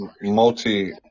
multi